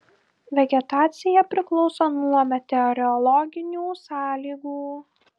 vegetacija priklauso nuo meteorologinių sąlygų